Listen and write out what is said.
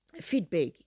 feedback